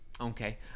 Okay